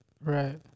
right